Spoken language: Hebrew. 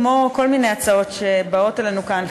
כמו כל מיני הצעות שבאות אלינו כאן,